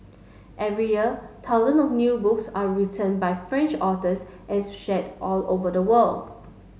every year thousands of new books are written by French authors and shared all over the world